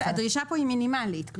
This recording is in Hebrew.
הדרישה פה היא מינימלית.